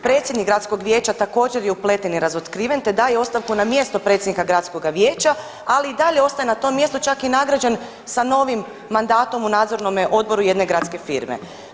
Predsjednik gradskog vijeća također je upleten i razotkriven te daje ostavku na mjesto predsjednika gradskog vijeća ali i dalje ostaje na tom mjestu čak je i nagrađen sa novim mandatom u nadzornom odboru jedne gradske firme.